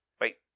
Wait